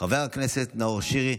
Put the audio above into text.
חבר הכנסת אבי מעוז,